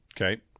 Okay